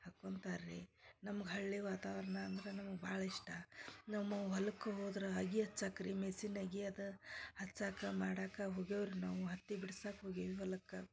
ಹಾಕೊತಾರ್ ರೀ ನಮ್ಗೆ ಹಳ್ಳಿ ವಾತಾವರಣ ಅಂದ್ರೆ ನಮಗೆ ಭಾಳ ಇಷ್ಟ ನಮ್ಮವು ಹೊಲಕ್ಕೆ ಹೋದ್ರೆ ಅಗಿ ಹಚ್ಚಾಕ್ ರೀ ಮಿಸಿನ್ ಅಗಿ ಅದ ಹಚ್ಚಕ್ಕ ಮಾಡಕ್ಕೆ ಹೋಗೇವೆ ರೀ ನಾವು ಹತ್ತಿ ಬಿಡ್ಸಕ್ಕ ಹೋಗೇವೆ ಹೊಲಕ್ಕೆ